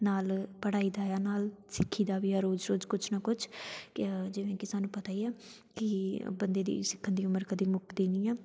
ਨਾਲ ਪੜ੍ਹਾਈ ਦਾ ਆ ਨਾਲ ਸਿੱਖੀ ਦਾ ਵੀ ਆ ਰੋਜ਼ ਰੋਜ਼ ਕੁਛ ਨਾ ਕੁਛ ਕਿ ਜਿਵੇਂ ਕਿ ਸਾਨੂੰ ਪਤਾ ਹੀ ਆ ਕਿ ਬੰਦੇ ਦੀ ਸਿੱਖਣ ਦੀ ਉਮਰ ਕਦੇ ਮੁੱਕਦੀ ਨਹੀਂ ਆ